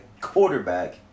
quarterback